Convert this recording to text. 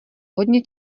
hodně